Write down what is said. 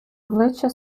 обличчя